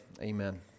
amen